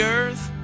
earth